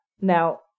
Now